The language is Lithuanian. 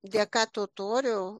dėka totorių